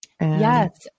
Yes